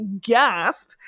gasp